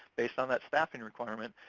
based on that staffing requirement,